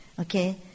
Okay